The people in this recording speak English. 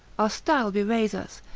our style bewrays us,